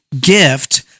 gift